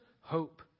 hope